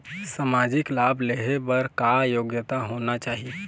सामाजिक लाभ लेहे बर का योग्यता होना चाही?